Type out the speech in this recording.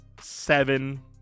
seven